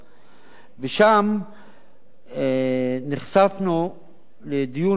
ושם נחשפנו לדיון מאוד מלבב